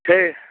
छै